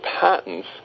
patents